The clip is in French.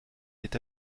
est